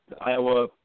Iowa